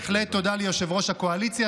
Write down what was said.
בהחלט תודה ליושב-ראש הקואליציה,